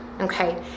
okay